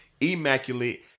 immaculate